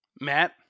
Matt